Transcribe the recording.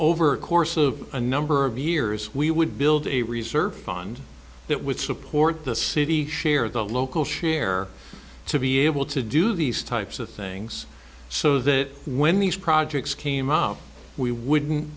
over the course of a number of years we would build a reserve fund that would support the city share the local share to be able to do these types of things so that when these projects came up we wouldn't